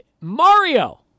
Mario